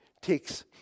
takes